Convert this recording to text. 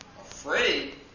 Afraid